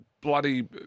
bloody